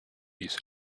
his